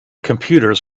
computers